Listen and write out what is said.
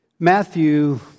Matthew